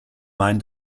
mind